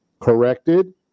corrected